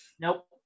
Nope